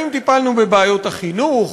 האם טיפלנו בבעיות החינוך?